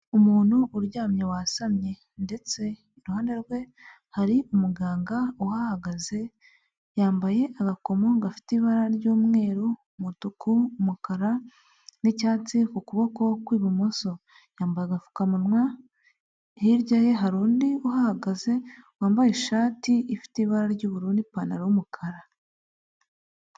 Umuntu uryamye wasamye, ndetse iruhande rwe hari umuganga uhagaze, yambaye agakomo gafite ibara ry'umweru, umutuku, umukara, n'icyatsi ku kuboko kw'ibumoso, yambaye agapfukamunwa hirya ye hari undi uhagaze, wambaye ishati ifite ibara ry'ubururu N'ipantaro y'umukara.